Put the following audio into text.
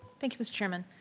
thank you, mr. chairman.